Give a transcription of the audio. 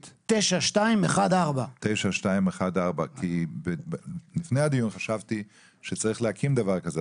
9214. כי לפני הדיון חשבתי שצריך להקים דבר כזה,